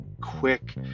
quick